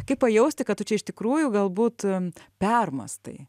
kaip pajausti kad tu čia iš tikrųjų galbūt permąstai